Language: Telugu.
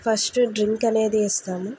ఫస్ట్ డ్రింక్ అనేది ఇస్తాము